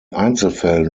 einzelfällen